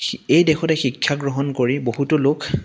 এই দেশতে শিক্ষা গ্ৰহণ কৰি বহুতো লোক